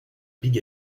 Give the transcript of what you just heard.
big